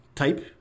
type